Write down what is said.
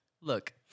Look